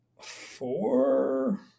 four